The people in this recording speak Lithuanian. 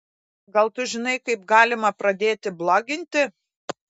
gal tu žinai kaip galima pradėti bloginti